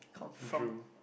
drew